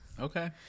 Okay